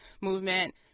Movement